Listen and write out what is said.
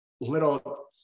little